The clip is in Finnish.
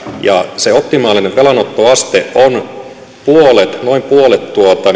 ja se optimaalinen velanottoaste on noin puolet